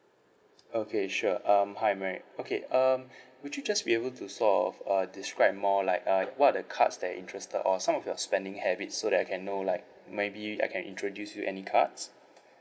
okay sure um hi mary okay um would you just be able to sort of uh describe more like uh what are the cards that interested or some of your spending habits so that I can know like maybe I can introduce you any cards